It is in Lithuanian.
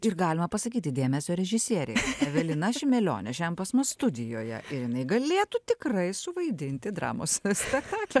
ir galima pasakyti dėmesio režisieriai evelina šimelionė šian pas mus studijoje ir jinai galėtų tikrai suvaidinti dramos spektakly